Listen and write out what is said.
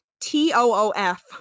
t-o-o-f